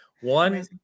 one